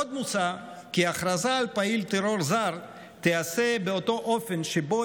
עוד מוצע כי ההכרזה על פעיל טרור זר תיעשה באותו האופן שבו